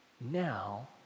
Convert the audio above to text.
now